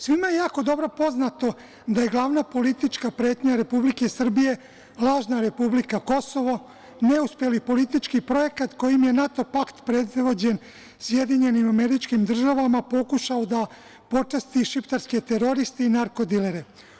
Svima je jako dobro poznato da je glavna politička pretnja Republike Srbije lažna republika Kosovo, neuspeli politički projekat kojim je NATO pakt predvođen SAD pokušao da počasti šiptarske teroriste i narko dilere.